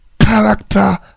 Character